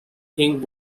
think